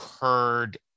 heard